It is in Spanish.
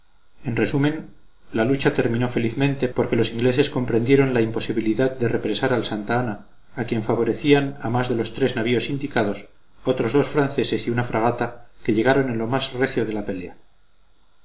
en resumen la lucha terminó felizmente porque los ingleses comprendieron la imposibilidad de represar al santa ana a quien favorecían a más de los tres navíos indicados otros dos franceses y una fragata que llegaron en lo más recio de la pelea